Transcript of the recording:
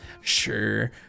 Sure